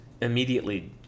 immediately